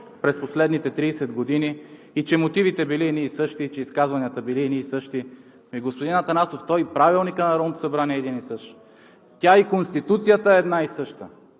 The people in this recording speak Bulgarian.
през последните 30 години и че мотивите били едни и същи, че изказванията били едни и същи. Господин Атанасов, той и Правилникът на Народното събрание е един и същ, тя и Конституцията е една и съща,